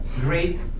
Great